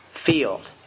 Field